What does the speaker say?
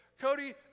Cody